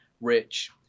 rich